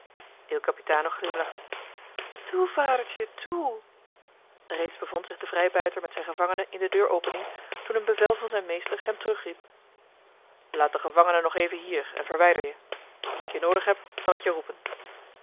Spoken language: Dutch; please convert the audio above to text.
il capitano glimlachte toe vadertje toe reeds bevond zich de vrijbuiter met zijn gevangene in de deuropening toen een bevel van zijn meester hem terugriep laat den gevangene nog even hier en verwijder je als ik je noodig heb zal ik je roepen